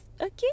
Okay